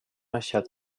asjad